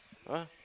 !huh!